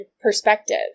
perspective